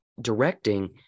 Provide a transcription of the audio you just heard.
directing